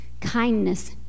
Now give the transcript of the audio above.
kindness